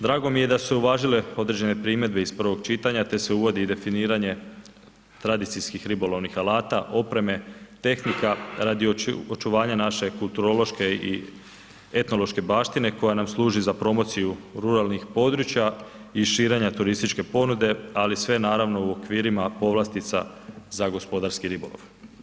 Drago mi je da su se uvažile određene primjedbe iz prvog čitanja te se uvodi i definiranje tradicijskih ribolovnih alata, opreme, tehnika radi očuvanja naše kulturološke i etnološke baštine koja nam služi za promociju ruralnih područja i širenja turističke ponude, ali sve naravno u okvirima povlastica za gospodarski ribolov.